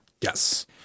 Yes